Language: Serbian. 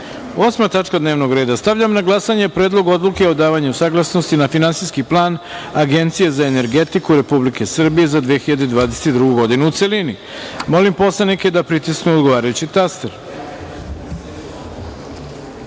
tačka dnevnog reda. Stavljam na glasanje Predlog odluke o davanju saglasnosti na finansijski plan Agencije za energetiku Republike Srbije za 2022. godine, u celini. Molim poslanike da pritisnu odgovarajući